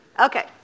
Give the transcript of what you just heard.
Okay